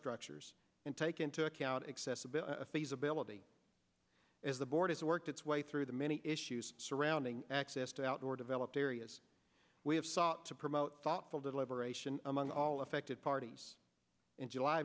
structures and take into account accessibility a feasibility as the board has worked its way through the many issues surrounding access to outdoor developed areas we have sought to promote thoughtful deliberation among all affected parties in july